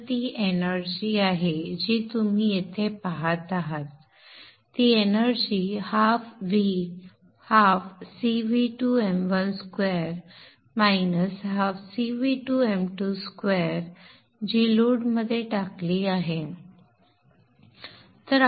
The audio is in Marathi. तर ती एनर्जी आहे जी तुम्ही येथे पाहत आहात ती energy ½ V ½ CV2m1 square minus ½ CV2m2 square जी लोडमध्ये टाकली आहे